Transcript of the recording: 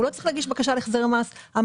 הוא לא צריך להגיש בקשה להחזר מס אלא